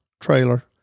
trailer